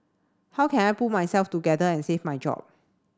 how can I pull myself together and save my job